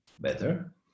better